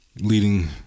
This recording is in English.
Leading